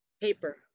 paper